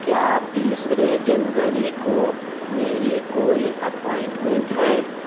کیا تیسرے جنوری کو میری کوئی اپائنٹمنٹ ہے